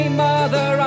mother